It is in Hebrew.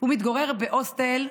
הוא מתגורר בהוסטל,